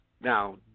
Now